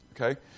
Okay